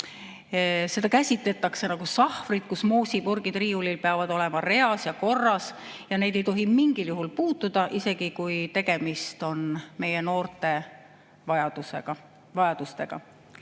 Seda käsitletakse nagu sahvrit, kus moosipurgid peavad riiulil olema reas ja korras ja neid ei tohi mingil juhul puutuda, isegi kui tegemist on meie noorte vajadustega.